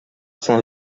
cent